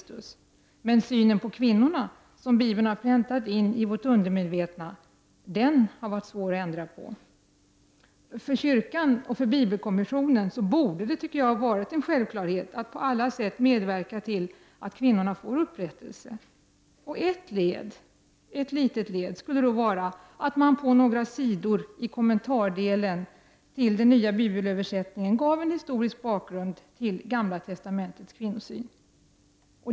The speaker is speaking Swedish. Men synen på kvinnorna, som Bibeln har präntat in i vårt undermedvetna, har varit svår att ändra på. För kyrkan och bibelkommissionen borde det, tycker jag, vara en självklarhet att på alla sätt medverka till att kvinnorna får upprättelse. Ett litet led skulle då vara att man på några sidor i kommentardelen i den nya bibelöversättningen gav en historisk bakgrund till Gamla testamentets kvinnosyn.